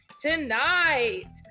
tonight